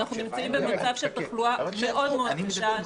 אנחנו נמצאים במצב של תחלואה מאוד קשה.